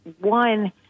one